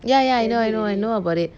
ya ya I know I know I know about it